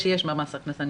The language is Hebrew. יש במס הכנסה.